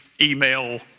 email